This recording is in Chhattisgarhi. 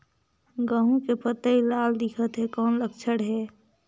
गहूं के पतई लाल दिखत हे कौन लक्षण हे?